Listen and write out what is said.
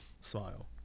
Smile